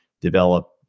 develop